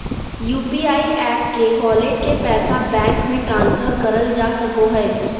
UPI app के wallet के पैसा बैंक मे ट्रांसफर करल जा सको हय